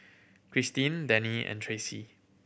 Krysten Denny and Tracy